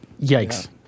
Yikes